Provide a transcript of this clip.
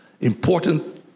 important